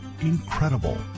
Incredible